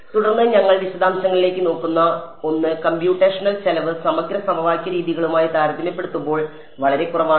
തുടർന്ന് ഞങ്ങൾ വിശദാംശങ്ങളിലേക്ക് നോക്കുന്ന ഒന്ന് കമ്പ്യൂട്ടേഷണൽ ചെലവ് സമഗ്ര സമവാക്യ രീതികളുമായി താരതമ്യപ്പെടുത്തുമ്പോൾ വളരെ കുറവാണ്